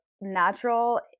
natural